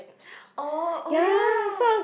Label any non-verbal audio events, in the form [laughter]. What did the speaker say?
[noise] oh oh ya